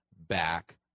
back